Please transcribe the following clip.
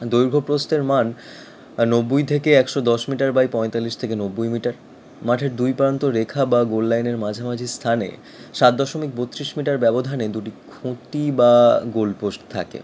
দৈর্ঘ্য প্রস্থের মান নব্বই থেকে একশো দশ মিটার বাই পঁয়তাল্লিশ থেকে নব্বই মিটার মাঠের দুই প্রান্ত রেখা বা গোল লাইনের মাঝামাঝি স্থানে সাত দশমিক বত্রিশ মিটার ব্যবধানে দুটি খুঁটি বা গোলপোস্ট থাকে